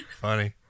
Funny